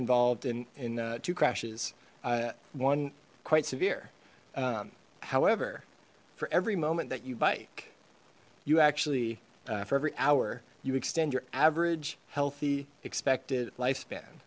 involved in in two crashes one quite severe however for every moment that you bike you actually for every hour you extend your average healthy expected lifespan